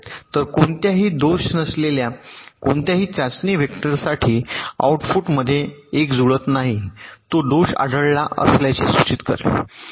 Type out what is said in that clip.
तर कोणत्याही दोष नसल्यास कोणत्याही चाचणी व्हेक्टरसाठी आउटपुट मध्ये एक जुळत नाही तो दोष आढळला असल्याचे सूचित करेल